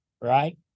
right